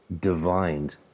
divined